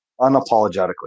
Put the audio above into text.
unapologetically